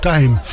Time